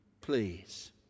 please